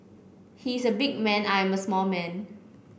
he is a big man I am a small man